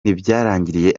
ntibyarangiriye